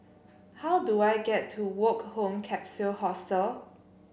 how do I get to Woke Home Capsule Hostel